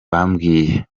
bambwiye